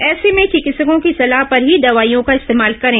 ऐसे में चिकित्सकों की सलाह पर ही दवाइयों का इस्तेमाल करें